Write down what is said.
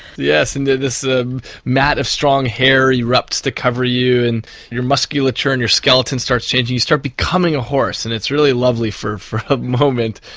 yes, and this um mat of strong hair erupts to cover you and your musculature and your skeleton starts changing, you start becoming a horse and it's really lovely for for a moment.